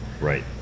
Right